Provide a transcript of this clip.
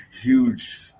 huge